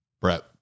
Brett